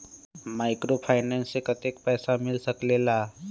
Microfinance से कतेक पैसा मिल सकले ला?